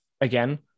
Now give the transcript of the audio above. again